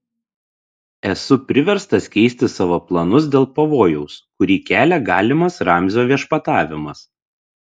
esu priverstas keisti savo planus dėl pavojaus kurį kelia galimas ramzio viešpatavimas